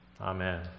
Amen